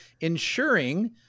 ensuring